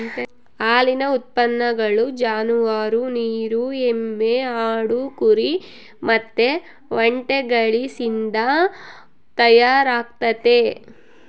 ಹಾಲಿನ ಉತ್ಪನ್ನಗಳು ಜಾನುವಾರು, ನೀರು ಎಮ್ಮೆ, ಆಡು, ಕುರಿ ಮತ್ತೆ ಒಂಟೆಗಳಿಸಿಂದ ತಯಾರಾಗ್ತತೆ